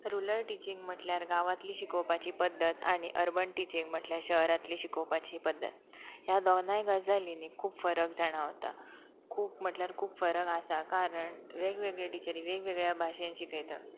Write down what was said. rural teaching म्हटल्यार गांवांतली शिकोवपाची पद्दत आनी अर्बन टिचींग म्हटल्यार शहरांतली शिकोवपाची पद्दत ह्या दोगनाय गजालींनी खूब फरक जाणाावता खूब म्हटल्यार खूब फरक आसा कारण वेगवेगळ टिचरी वेगवेगळ्या भाशेन शिकयतात